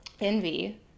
envy